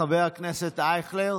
חבר הכנסת אייכלר,